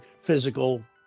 physical